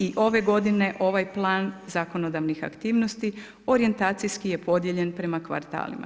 I ove godine, ovaj plan zakonodavnih aktivnosti, orijentacijski je podijeljen prema kvartalima.